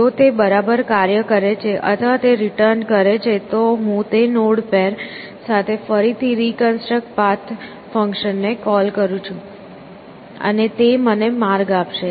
જો તે બરાબર કાર્ય કરે છે અથવા તે રિટર્ન કરે છે તો હું તે નોડ પેર સાથે ફરીથી રિકન્સ્ટ્રક્ટ પાથ ફંક્શનને કોલ કરું છું અને તે મને માર્ગ આપશે